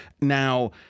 Now